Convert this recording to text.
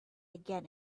again